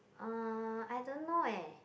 uh I don't know eh